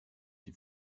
die